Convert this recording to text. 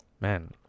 Man